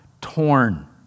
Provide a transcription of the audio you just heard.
torn